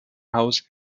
haus